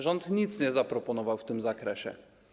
Rząd nic nie zaproponował w tym zakresie.